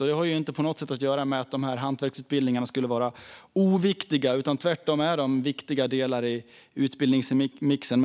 Detta har inte på något sätt att göra med att hantverksutbildningarna skulle vara oviktiga. Tvärtom är de viktiga delar i utbildningsmixen.